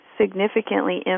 significantly